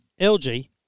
LG